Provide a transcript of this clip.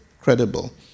credible